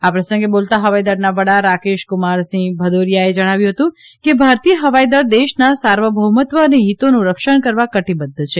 આ પ્રસંગે બોલતાં હવાઇ દળના વડા રાકેશ કુમાર સિંહ ભદૈારીયાએ જણાવ્યું હતું કે ભારતીય હવાઇ દળ દેશના સાર્વભૌમત્વ અને હિતોનું રક્ષણ કરવા કટીબધ્ધ છે